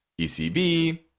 ecb